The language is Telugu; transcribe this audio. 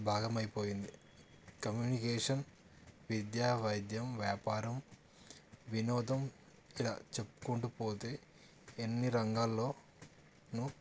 భాగమైపోయింది కమ్యూనికేషన్ సాంకేతిక విద్యా వైద్యం వ్యాపారం వినోదం ఇలా చెప్పుకుంటూ పోతే ఎన్ని రంగాల్లోనో